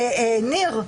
ניר,